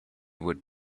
would